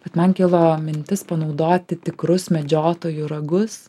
bet man kilo mintis panaudoti tikrus medžiotojų ragus